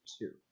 two